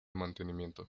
mantenimiento